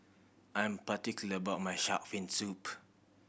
I'm particular about my shark fin soup